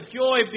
joy